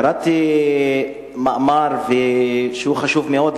קראתי מאמר חשוב מאוד,